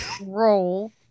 roll